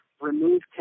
remove